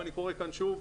ואני קורא כאן שוב,